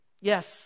Yes